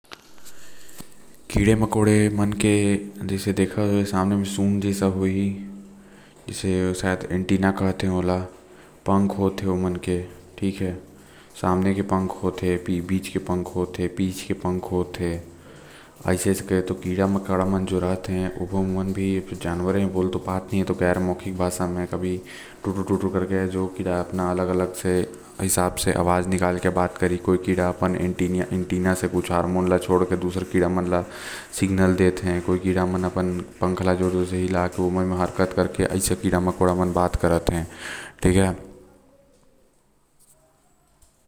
कीड़ा मकौड़ा मन के सामने सूंड़ जैसा होते जेके एंटीना कहते आऊ। पंख होते ओमन के आऊ सामने म होते दो आऊ कोनो कोनो म पीछे भी होएल। कोनो कोनो कीड़ा मन अपन एंटीना से हार्मोन ल छोड़ के दुसर कीड़ा मन ल सिग्नल देते जेकर से आपस म सबों कीड़ा जुड़े राहत हैं।